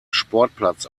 sportplatz